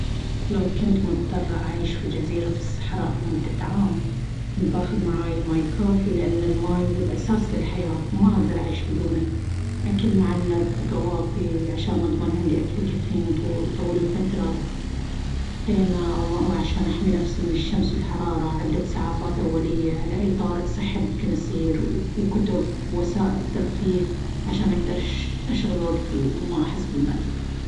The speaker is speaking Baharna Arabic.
لو كنت مضطرة أعيش في جزيرة في الصحراء لمدة عام، كنت بأخذ معاي ماي كافي لأن الماي هو الأساس للحياة وما أقدر أعيش بدونه، أكل معلب في قواطي عشان أضمن عندي أكل يكفيني طو-طول الفترة، خيمة أو مأوى عشان أحمي نفسي من الشمس والحرارة، عدة إسعافات أولية لأي طارئ صحي ممكن يصير، وكتب أو وسائل ترفيه عشان أقدر اش-أشغل وقتي وما أحس بالملل.